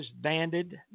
banded